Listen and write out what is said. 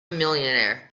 millionaire